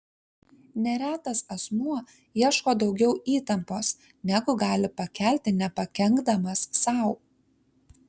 neretas asmuo ieško daugiau įtampos negu gali pakelti nepakenkdamas sau